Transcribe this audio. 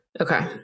Okay